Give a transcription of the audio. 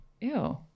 Ew